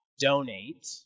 donate